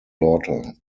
daughter